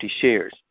shares